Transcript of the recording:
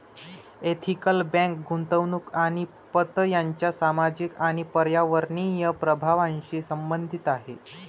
ethical bank गुंतवणूक आणि पत यांच्या सामाजिक आणि पर्यावरणीय प्रभावांशी संबंधित आहे